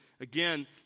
Again